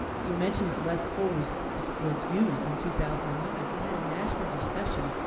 you mentioned that less coal was was used in two thousand and nine. we had a national recession.